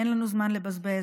אין לנו זמן לבזבז,